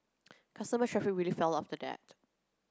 customer traffic really fell after that